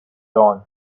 dawn